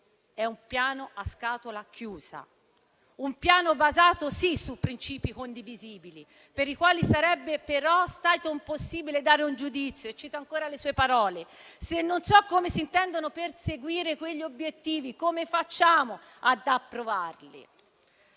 di un piano a scatola chiusa, di un piano basato sì su principi condivisibili, ma per i quali sarebbe stato impossibile dare un giudizio. Ricordo nuovamente le sue parole: se non so come si intendono perseguire quegli obiettivi, come facciamo ad approvarli?